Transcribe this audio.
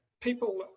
people